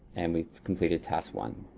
and we've completes task one.